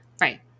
right